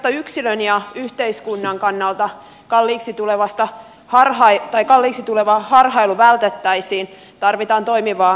jotta yksilön ja yhteiskunnan kannalta kalliiksi tuleva harhailu vältettäisiin tarvitaan toimivaa opintojenohjausta